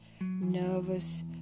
nervous